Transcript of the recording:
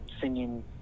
singing